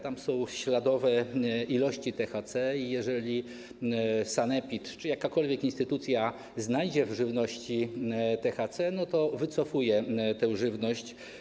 Tam są śladowe ilości THC i jeżeli sanepid czy jakakolwiek instytucja znajdzie w żywności THC, to wycofuje tę żywność.